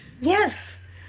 Yes